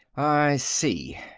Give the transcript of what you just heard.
i see.